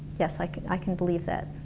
yes like i can believe that.